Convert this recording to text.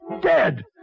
Dead